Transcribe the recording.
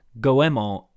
Goemon